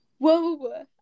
whoa